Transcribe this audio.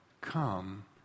come